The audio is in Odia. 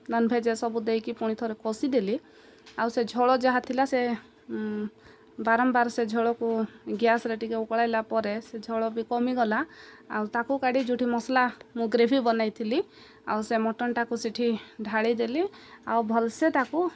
ନନଭେଜ ସବୁ ଦେଇକି ପୁଣି ଥରେ କଷିଦେଲି ଆଉ ସେ ଝୋଳ ଯାହା ଥିଲା ସେ ବାରମ୍ବାର ସେ ଝୋଳକୁ ଗ୍ୟାସରେ ଟିକେ ଉକଳାଇଲା ପରେ ସେ ଝୋଳ ବି କମିଗଲା ଆଉ ତାକୁ କାଢ଼ି ଯେଉଁଠି ମସଲା ମୁଁ ଗ୍ରେଭି ବନେଇଥିଲି ଆଉ ସେ ମଟନଟାକୁ ସେଠି ଢାଳିଦେଲି ଆଉ ଭଲସେ ତାକୁ